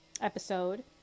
episode